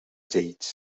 date